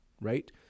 Right